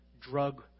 drug